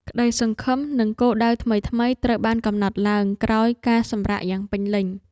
ក្ដីសង្ឃឹម និងគោលដៅថ្មីៗត្រូវបានកំណត់ឡើងក្រោយការសម្រាកយ៉ាងពេញលេញ។